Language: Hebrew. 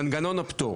מנגנון הפטור.